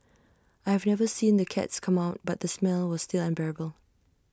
I have never seen the cats come out but the smell was still unbearable